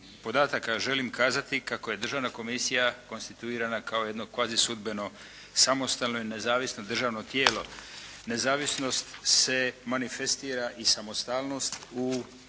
podataka želim kazati kako je državne komisija konstituirana kao jedno kvazisudbeno samostalno i nezavisno državno tijelo. Nezavisnost se manifestira i samostalnost u